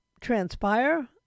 transpire